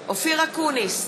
אופיר אקוניס,